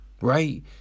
right